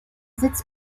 sitz